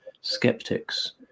skeptics